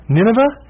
Nineveh